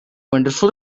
wonderful